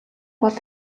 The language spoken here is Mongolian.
бол